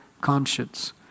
conscience